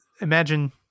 Imagine